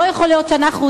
לא יכול להיות שאנחנו,